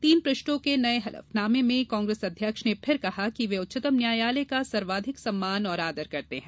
तीन पृष्ठों के नये हलफनामे में कांग्रेस अध्यक्ष ने फिर कहा कि वे उच्चतम न्यायालय का सर्वाधिक सम्मान और आदर करते हैं